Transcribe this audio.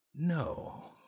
No